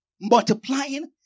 multiplying